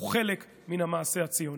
הוא חלק מן המעשה הציוני.